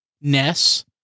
Ness